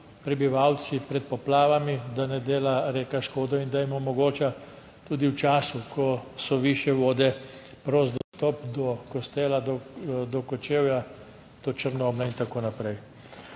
prebivalci pred poplavami, da ne dela reka škodo in da jim omogoča tudi v času, ko so višje vode, prost dostop do Kostela, do Kočevja, do Črnomlja in tako naprej.